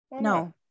No